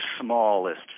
smallest